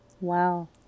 Wow